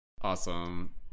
awesome